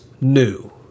new